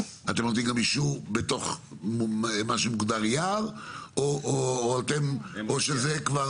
אתם נותנים אישור גם בתוך מה שמוגדר יער או שזה כבר